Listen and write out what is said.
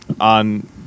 on